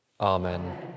Amen